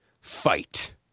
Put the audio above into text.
fight